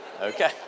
okay